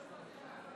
להסתייגות